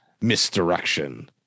misdirection